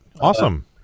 Awesome